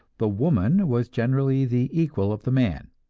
the woman was generally the equal of the man.